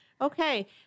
Okay